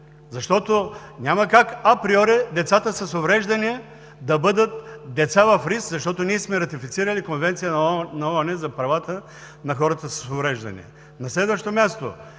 защото няма как априори децата с увреждания да бъдат деца в риск – ние сме ратифицирали Конвенцията на ООН за правата на хората с увреждания.